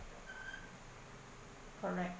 correct